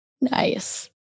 nice